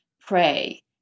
pray